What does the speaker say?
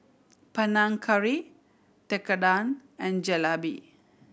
Panang Curry Tekkadon and Jalebi